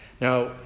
Now